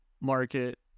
market